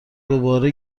دوباره